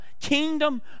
kingdom